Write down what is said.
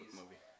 movie